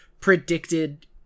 predicted